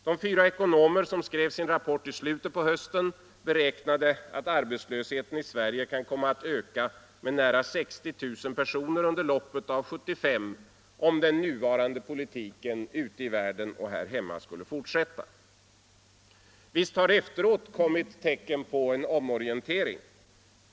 De fyra ekonomer som skrev sin rapport i slutet på hösten beräknade att arbetslösheten i Sverige kan komma att öka med nära 60 000 personer under loppet av 1975 om den nuvarande politiken ute i världen och här hemma skulle fortsätta. Visst har det efteråt kommit tecken på en omorientering.